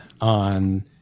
on